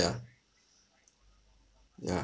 yeah